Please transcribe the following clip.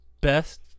best